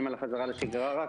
על החזרה לשגרה.